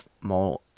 more